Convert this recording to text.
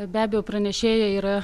be abejo pranešėjai yra